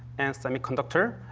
and semiconductor,